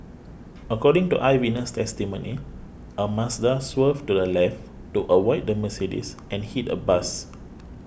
according to eyewitness testimony a Mazda swerved to the left to avoid the Mercedes and hit a bus